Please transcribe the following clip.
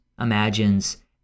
imagines